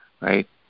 right